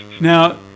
Now